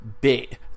bit